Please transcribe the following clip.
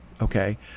Okay